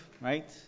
right